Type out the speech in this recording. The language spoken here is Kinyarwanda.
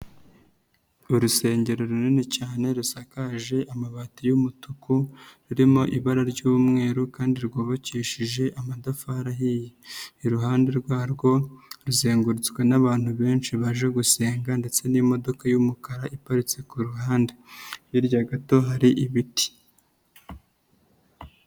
Urusengero runini cyane rusakaje amabati y'umutuku rurimo ibara ry'umweru kandi rwubakishije amatafari ahiye, iruhande rwarwo ruzengurutswe n'abantu benshi baje gusenga ndetse n'imodoka y'umukara iparitse ku ruhande hirya gato hari ibiti.